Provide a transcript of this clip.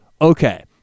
okay